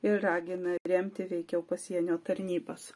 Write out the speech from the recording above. ir ragina remti veikiau pasienio tarnybas